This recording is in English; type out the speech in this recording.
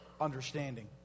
understanding